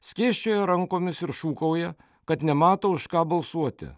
skėsčioja rankomis ir šūkauja kad nemato už ką balsuoti